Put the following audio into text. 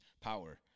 power